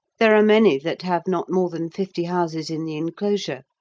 there are many that have not more than fifty houses in the enclosure,